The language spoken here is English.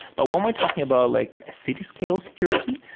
but when we're talking about like a city scale security,